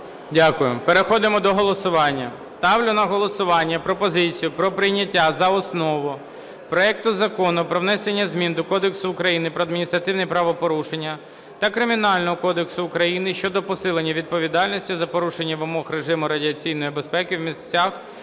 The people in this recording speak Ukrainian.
Дякую. Переходимо до голосування. Ставлю на голосування пропозицію про прийняття за основу проекту Закону про внесення змін до Кодексу України про адміністративні правопорушення та Кримінального кодексу України щодо посилення відповідальності за порушення вимог режиму радіаційної безпеки в місцевостях,